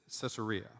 Caesarea